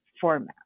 format